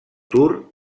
tour